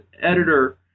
editor